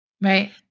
Right